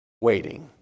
waiting